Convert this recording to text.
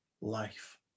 life